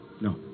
No